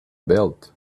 belt